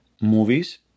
Movies